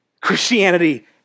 Christianity